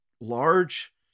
large